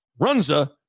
Runza